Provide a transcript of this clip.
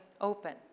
open